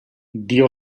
dio